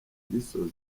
gisozi